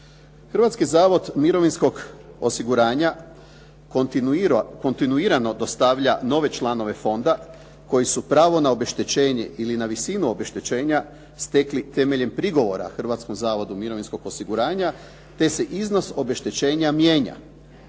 Hrvatski zavod mirovinskog osiguranja kontinuirano dostavlja nove članove fonda koji su pravo na obeštećenje ili na visinu obeštećenja stekli temeljem prigovora Hrvatskom zavodu mirovinskog osiguranja te se iznos obeštećenja mijenja.